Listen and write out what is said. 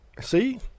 see